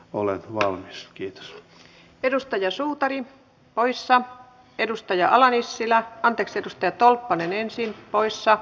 olen valmis kiitos sitä alueellista yhteen hiileen puhaltamista etten sanoisi sitä kuuluisaa hollolan henkeä